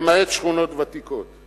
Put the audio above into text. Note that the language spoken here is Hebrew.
למעט שכונות ותיקות.